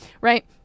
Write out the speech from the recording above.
right